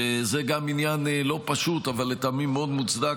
וזה גם עניין לא פשוט אבל לטעמי מאוד מוצדק,